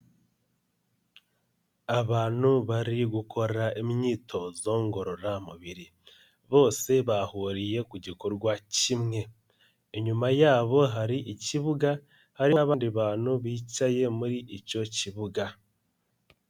Abantu bari gukora imyitozo ngororamubiri. Bose bahuriye ku gikorwa kimwe. Inyuma yabo hari ikibuga, hari n'abandi bantu bicaye muri icyo kibuga.